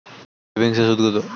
সেভিংসে সুদ কত?